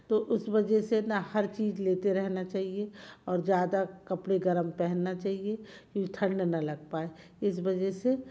तो उस वजह से ना हर चीज़ लेते रहना चाहिए और ज़्यादा कपड़े गर्म पहनना चाहिए क्योंकि ठंड ना लग पाए इस वजह से